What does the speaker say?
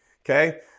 Okay